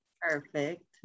Perfect